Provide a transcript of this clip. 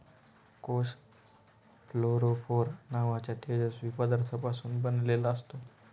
कोष फ्लोरोफोर नावाच्या तेजस्वी पदार्थापासून बनलेला असतो